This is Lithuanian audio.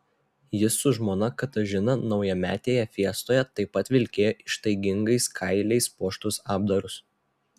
jis su žmona katažina naujametėje fiestoje taip pat vilkėjo ištaigingais kailiais puoštus apdarus